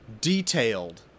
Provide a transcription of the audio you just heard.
detailed